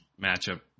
matchup